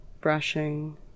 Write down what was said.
brushing